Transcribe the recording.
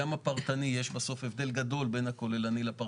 אף אחד פה לא עושה לך פיליבסטר בדיבורים ולכן